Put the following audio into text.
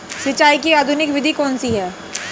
सिंचाई की आधुनिक विधि कौन सी है?